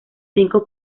cinco